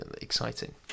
exciting